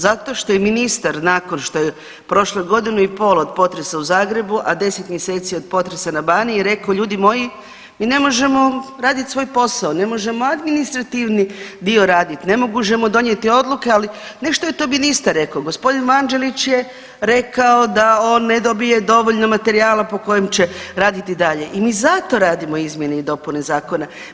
Zato što je ministar, nakon što je prošlo godinu i pol od potresa u Zagrebu, a 10 mjeseci od potresa na Baniji, rek'o, ljudi moji, mi ne možemo raditi svoj posao, ne možemo administrativni dio raditi, ne možemo donijeti odluke, ali nešto je to ministar rekao, g. Vanđelić je rekao da one ne dobije dovoljno materijala po kojem će raditi dalje i mi zato radimo izmjene i dopune Zakona.